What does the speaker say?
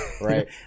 right